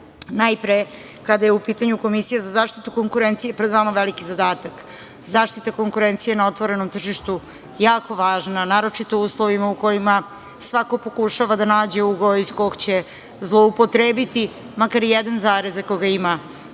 posao. Najpre, kada je u pitanju Komisija za zaštitu konkurencije, pred vama je veliki zadatak. Zaštita konkurencije na otvorenom tržištu je jako važna, naročito o uslovima u kojima svako pokušava da nađe ugao iz kog će zloupotrebiti makar jedan zarez ako ga ima